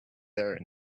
there